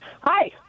Hi